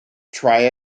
try